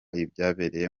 ibyabereye